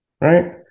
right